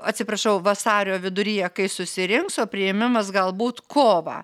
atsiprašau vasario viduryje kai susirinks o priėmimas galbūt kovą